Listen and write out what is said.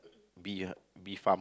bee ah bee farm